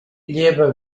lleva